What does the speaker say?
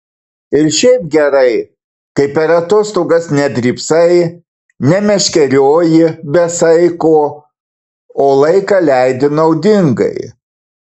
ir šiaip gerai kai per atostogas nedrybsai nemeškerioji be saiko o laiką leidi naudingai